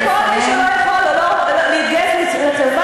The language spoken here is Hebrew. כל מי שלא יכול להתגייס לצבא,